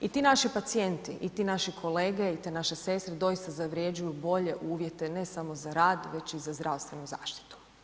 I ti naši pacijenti i ti naši kolege i te naše sestre doista zavređuju bolje uvjete ne samo za rad već i za zdravstvenu zaštitu.